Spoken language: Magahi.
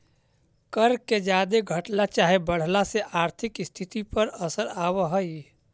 कर के जादे घटला चाहे बढ़ला से आर्थिक स्थिति पर असर आब हई